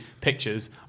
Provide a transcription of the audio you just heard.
pictures